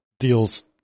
Deals